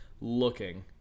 looking